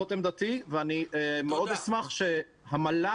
זאת עמדתי ואני מאוד אשמח שהמל"ג,